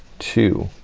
two,